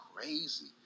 crazy